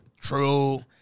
True